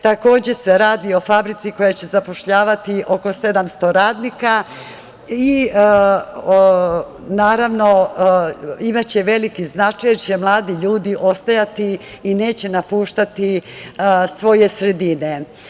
Radi se o fabrici koja će zapošljavati oko 700 radnika i imaće veliki značaj, jer će mladi ljudi ostajati i neće napuštati svoje sredine.